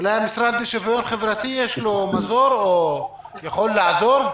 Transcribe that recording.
אולי למשרד לשוויון חברתי יש מזור, או יכול לעזור?